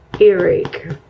Eric